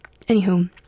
anywho